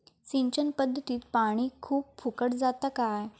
सिंचन पध्दतीत पानी खूप फुकट जाता काय?